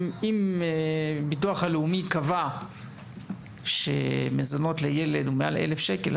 אם ביטוח לאומי קבע שמזונות לילד הם מעל 1,000 שקלים,